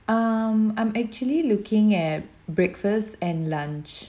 um I'm actually looking at breakfast and lunch